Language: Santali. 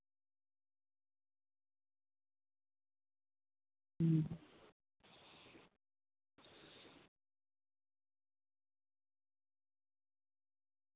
ᱦᱩᱸ